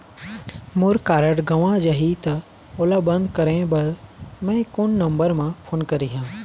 मोर card गंवा जाही त ओला बंद करें बर मैं कोन नंबर म फोन करिह?